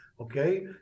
okay